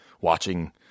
watching